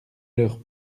leur